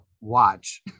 watch